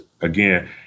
again